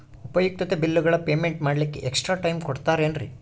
ಉಪಯುಕ್ತತೆ ಬಿಲ್ಲುಗಳ ಪೇಮೆಂಟ್ ಮಾಡ್ಲಿಕ್ಕೆ ಎಕ್ಸ್ಟ್ರಾ ಟೈಮ್ ಕೊಡ್ತೇರಾ ಏನ್ರಿ?